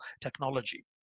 technology